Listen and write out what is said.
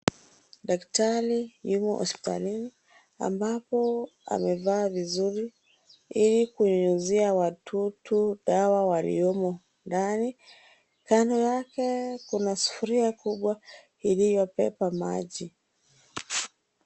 Daktari yumo hospitalini ambapo amevaa vizuri ili kunyunyizia wadudu dawa waliomo ndani. Kando yake kuna sufuria kubwa iliyobeba maji.